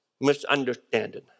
misunderstanding